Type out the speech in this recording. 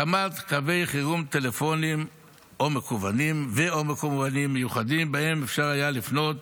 הקמת קווי חירום טלפוניים ו/או מקוונים מיוחדים שבהם אפשר היה לפנות